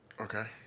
Okay